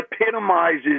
epitomizes